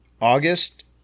august